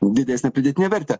didesnę pridėtinę vertę